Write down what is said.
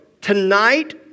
tonight